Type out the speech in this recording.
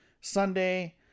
Sunday